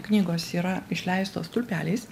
knygos yra išleistos stulpeliais